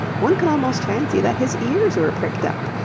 one could almost fancy that his ears were pricked up.